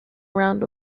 round